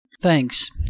Thanks